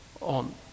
on